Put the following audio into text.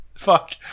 Fuck